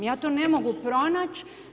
Ja to ne mogu pronaći.